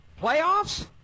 playoffs